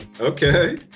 okay